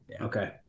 Okay